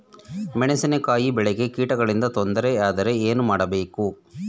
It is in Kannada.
ಮೆಣಸಿನಕಾಯಿ ಬೆಳೆಗೆ ಕೀಟಗಳಿಂದ ತೊಂದರೆ ಯಾದರೆ ಏನು ಮಾಡಬೇಕು?